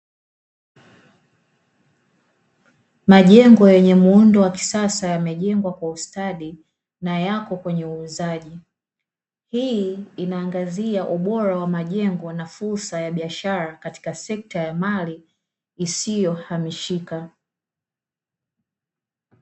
Majengo yenye muundo wa kisasa yamejengwa, kwa ustadi na yapo kwenye uuzaji. Hii inaangazia ubora wa majengo na fursa ya biashara katika sekta ya mali isiyohamishika.